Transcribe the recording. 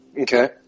Okay